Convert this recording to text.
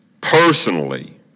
personally